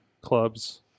clubs